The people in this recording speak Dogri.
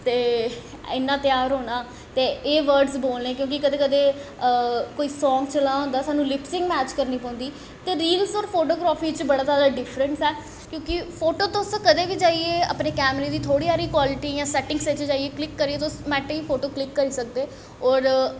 ते इयां तैयार होनां तोे एह् बर्ड़स बोलनें क्योंकि कदैं कदैं कोई सांग चला दा होंदा साह्नू लिपसिंग मैट करनीं पौंदी ते रील्स और पोटोग्राफी च बड़ा जादा डिफ्रैंस ऐ क्योंकि फोटो तुस कदैं बी जाईयै अपनें कैमरे दी कवालिटी सैटिंग च जाईयै क्लिक करियै तुस मेंन्ट च फोटो क्लिक करी सकदे और